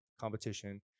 competition